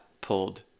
pulled